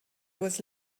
was